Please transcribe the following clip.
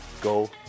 go